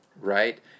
right